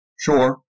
Sure